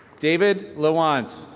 david luans.